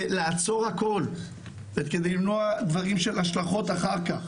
לעצור הכל וכדי לנוע דברים של השלכות אחר כך